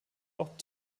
auch